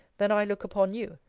than i look upon you?